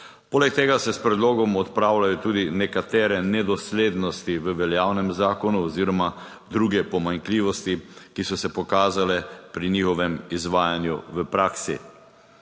Poleg tega se s predlogom odpravljajo tudi nekatere nedoslednosti v veljavnem zakonu oziroma druge pomanjkljivosti, ki so se pokazale pri njihovem izvajanju v praksi.